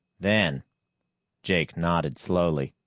then jake nodded slowly.